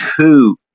two